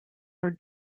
are